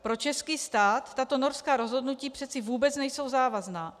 Pro český stát tato norská rozhodnutí přece vůbec nejsou závazná.